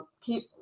keep